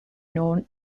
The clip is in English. known